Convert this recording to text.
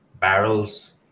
barrels